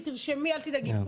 מאוד.